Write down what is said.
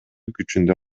күчүндө